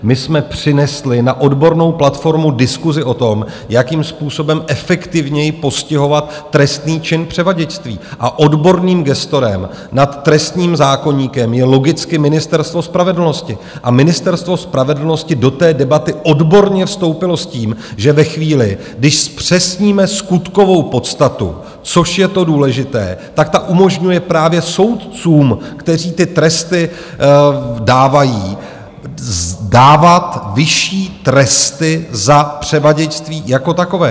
My jsme přinesli na odbornou platformu diskusi o tom, jakým způsobem efektivněji postihovat trestný čin převaděčství, odborným gestorem nad trestním zákoníkem je logicky Ministerstvo spravedlnosti a Ministerstvo spravedlnosti do té debaty odborně vstoupilo s tím, že ve chvíli, kdy zpřesníme skutkovou podstatu, což je to důležité, tak ta umožňuje právě soudcům, kteří ty tresty dávají, dávat vyšší tresty za převaděčství jako takové.